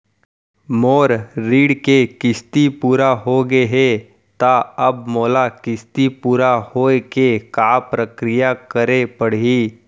मोर ऋण के किस्ती पूरा होगे हे ता अब मोला किस्ती पूरा होए के का प्रक्रिया करे पड़ही?